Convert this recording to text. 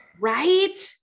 right